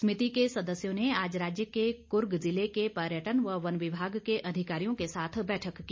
समिति के सदस्यों ने आज राज्य के कुर्ग जिले के पर्यटन व वन विभाग के अधिकारियों के साथ बैठक की